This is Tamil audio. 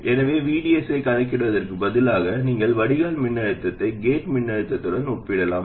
எனவே VDS ஐக் கணக்கிடுவதற்குப் பதிலாக நீங்கள் வடிகால் மின்னழுத்தத்தை கேட் மின்னழுத்தத்துடன் ஒப்பிடலாம்